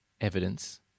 evidence